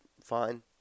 fine